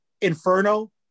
Inferno